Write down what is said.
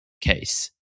case